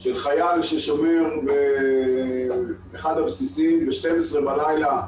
של חייל ששומר באחד הבסיסים בחצות הלילה,